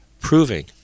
proving